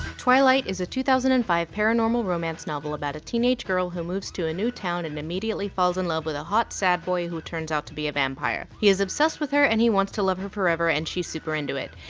twilight is a two thousand and five paranormal romance novel about a teenage girl who moves to a new town and immediately falls in love with a hot sad boy. who turns out to be a vampire. he is obsessed with her, and he wants to love her forever, and she's super into it.